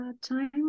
time